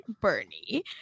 Bernie